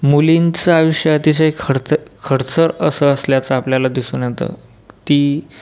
मुलींचं आयुष्य अतिशय खडतं खडचर असं असल्याच आपल्याला दिसून येतं ती